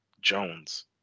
Jones